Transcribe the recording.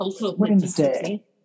Wednesday